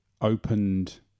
opened